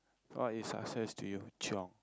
what is success to you Chiong